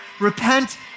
Repent